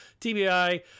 TBI